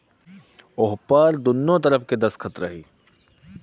ओहपर दुन्नो तरफ़ के दस्खत रही